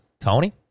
Tony